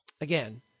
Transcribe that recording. again